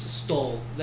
stalled